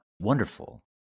Wonderful